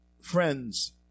friends